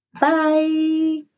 Bye